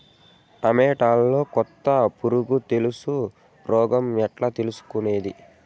టమోటాలో కొత్త పులుగు తెలుసు రోగం ఎట్లా తెలుసుకునేది?